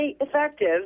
effective